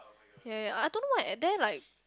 ya ya I don't know why and then there like